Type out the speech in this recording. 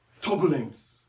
turbulence